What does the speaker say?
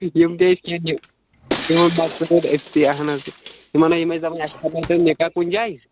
یِم تہِ أسۍ کیٚنٛہہ دِوان أکۍسٕے اَہَن حظ یِمنے یِم ٲسۍ دپان اَسہِ کرنٲوۍتو نکاح کُنہِ جایہِ